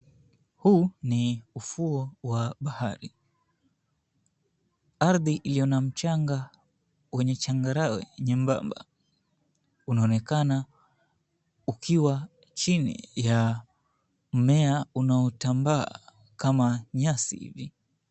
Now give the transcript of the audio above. Huu ni ufuo wa bahari, ardhi iliyona mchanga wenye changarawe nyembamba unaonekana ukiwa chini ya mmea unaotambaa kama nyasi hivi.